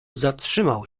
zatrzymał